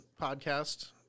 podcast